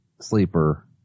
sleeper